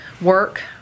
work